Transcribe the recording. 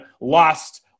lost